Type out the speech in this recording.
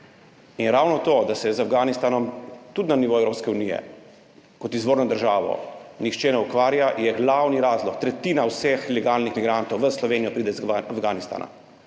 In ravno to, da se z Afganistanom tudi na nivoju Evropske unije kot izvorno državo nihče ne ukvarja, je glavni razlog, da tretjina vseh ilegalnih migrantov v Slovenijo pride iz Afganistana.